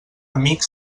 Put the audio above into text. amic